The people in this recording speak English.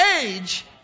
age